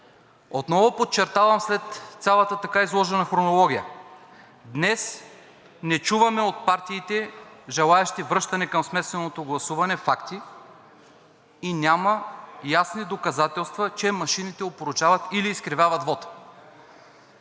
Отново подчертавам, след цялата така изложена хронология, днес не чуваме от партиите, желаещи връщане към смесеното гласуване, факти и няма ясни доказателства, че машините опорочават или изкривяват вота.